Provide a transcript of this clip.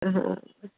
हा